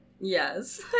Yes